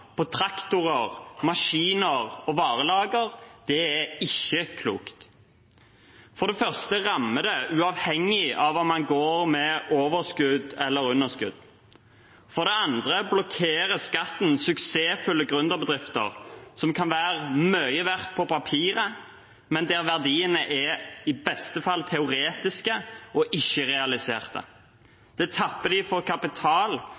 traktorer, maskiner og varelager, er ikke klokt. For det første rammer det uavhengig av om man går med overskudd eller underskudd. For det andre blokkerer skatten suksessfulle gründerbedrifter som kan være mye verdt på papiret, men der verdiene i beste fall er teoretiske og ikke-realiserte. Det tapper dem for kapital